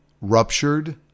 ruptured